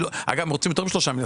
אגב, הם רוצים יותר מ-3 מיליארד.